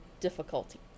difficulty